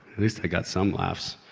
least i got some laughs.